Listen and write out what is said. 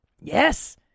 Yes